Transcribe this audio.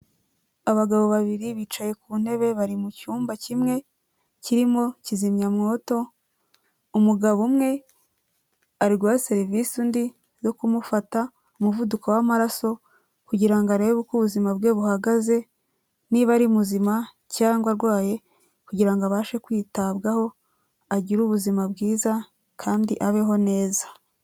Abagabo babiri bicaye ku ntebe bari mu cyumba kimwe kirimo kizimyamwoto, umugabo umwe ari guha serivisi undi yo kumufata umuvuduko w'amaraso kugira ngo arebe uko ubuzima bwe buhagaze niba ari muzima cyangwa arwaye kugira ngo abashe kwitabwaho agire ubuzima bwiza kandi abeho neza.